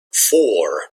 four